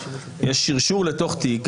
יש שרשור לתוך תיק.